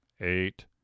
eight